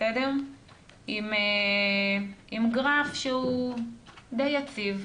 עם גרף שהוא די יציב,